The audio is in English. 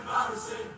embarrassing